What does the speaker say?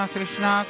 Krishna